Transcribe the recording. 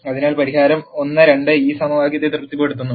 അതിനാൽ പരിഹാരം 1 2 ഈ സമവാക്യത്തെ തൃപ്തിപ്പെടുത്തുന്നു